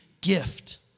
gift